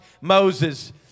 Moses